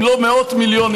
אם לא מאות מיליונים,